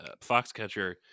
Foxcatcher